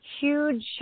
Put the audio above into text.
huge